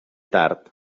tard